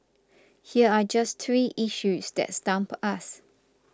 here are just three issues that stump us